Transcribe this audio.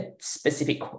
specific